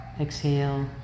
Exhale